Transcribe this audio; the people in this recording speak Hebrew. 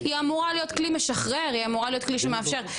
היא אמורה להיות כלי משחרר, כלי שמאפשר.